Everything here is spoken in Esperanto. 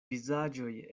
vizaĝoj